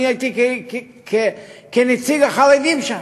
הייתי כנציג החרדים שם,